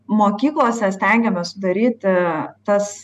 mokyklose stengiamės sudaryti tas